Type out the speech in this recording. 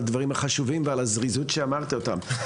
על הדברים החשובים ועל הזריזות שבה אמרת אותם.